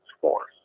Force